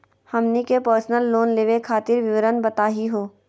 हमनी के personal loan लेवे खातीर विवरण बताही हो?